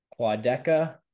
Quadeca